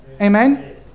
Amen